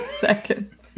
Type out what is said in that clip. second